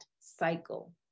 cycle